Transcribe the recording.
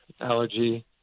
allergy